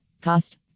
Cost